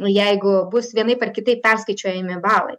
jeigu bus vienaip ar kitaip perskaičiuojami balai